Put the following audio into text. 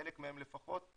חלק מהם לפחות,